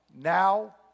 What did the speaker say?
now